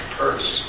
purse